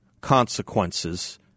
consequences